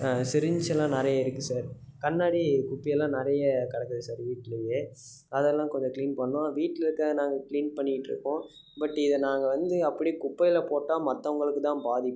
syringe எல்லாம் நிறைய இருக்கு சார் கண்ணாடி குப்பியெல்லாம் நெறைய கிடக்குது சார் வீட்லையே அதெல்லாம் கொஞ்சம் க்ளீன் பண்ணணும் வீட்டில் இருக்கற நாங்கள் க்ளீன் பண்ணிகிட்டுருக்கோம் பட் இதை நாங்கள் வந்து அப்படியே குப்பையில் போட்டால் மற்றவங்களுக்கு தான் பாதிப்பு